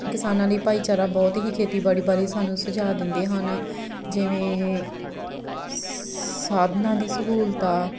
ਕਿਸਾਨਾਂ ਲਈ ਭਾਈਚਾਰਾ ਬਹੁਤ ਹੀ ਖੇਤੀਬਾੜੀ ਬਾਰੇ ਸਾਨੂੰ ਸੁਝਾਅ ਦਿੰਦੇ ਹਨ ਜਿਵੇਂ ਸ ਸਾਧਨਾਂ ਦੀ ਸਹੂਲਤਾਂ